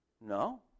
No